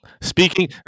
Speaking